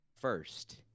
first